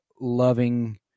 loving